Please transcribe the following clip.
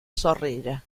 zorrilla